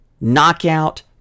knockout